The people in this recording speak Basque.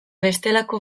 bestelako